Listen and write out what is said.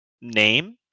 name